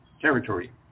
territory